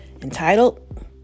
entitled